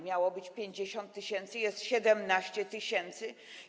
Miało być 50 tys., jest 17 tys.